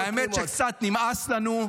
-- והאמת היא שקצת נמאס לנו.